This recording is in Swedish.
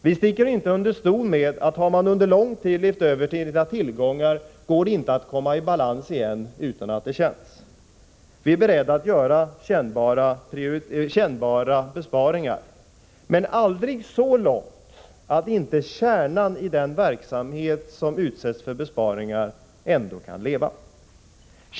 Vi sticker inte under stol med, att om man under lång tid har levt över sina tillgångar, går det inte att komma i balans igen utan att det känns. Vi är beredda att göra kännbara besparingar. Men vi vill aldrig gå så långt i det avseendet att inte kärnan i den verksamhet som utsätts för besparingar finns kvar.